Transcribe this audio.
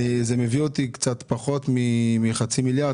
זה מביא אותי לקצת פחות מחצי מיליארד,